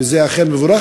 וזה אכן מבורך.